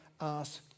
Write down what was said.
ask